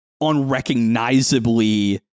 unrecognizably